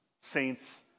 saints